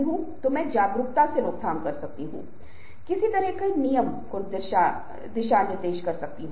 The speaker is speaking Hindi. अब मैं आपके साथ एक उदाहरण साझा करना चाहूंगा कि विजुअल कितना रोमांचक हो सकता है